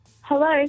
hello